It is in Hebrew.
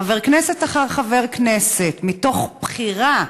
חבר כנסת אחר חבר כנסת, מתוך בחירה,